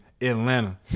Atlanta